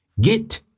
get